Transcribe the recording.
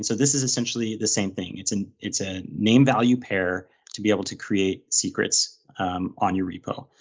so this is essentially the same thing, it's and it's a name value pair to be able to create secrets on your repo.